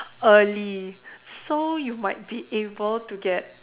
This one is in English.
early so you might be able to get